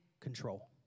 control